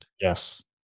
Yes